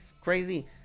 crazy